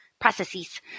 processes